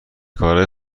کارای